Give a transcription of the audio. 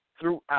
throughout